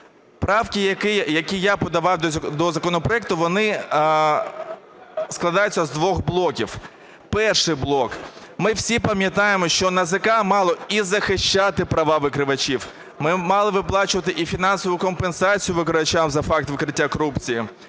Правки, які я подавав до законопроекту, вони складаються з двох блоків. Перший блок. Ми всі пам'ятаємо, що НАЗК мало і захищати права викривачів, ми мали виплачувати і фінансову компенсацію викривачам за факт викриття корупції,